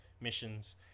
missions